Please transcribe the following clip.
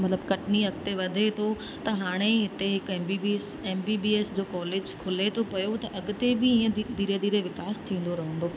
मतिलबु कटनी अॻिते वधे थो त हाणे हिते हिकु M B B S M B B S जो कॉलेज खुले थो पियो त अॻिते बि ईअं धीरे धीरे विकास थींदो रहंदो